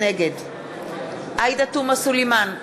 נגד עאידה תומא סלימאן,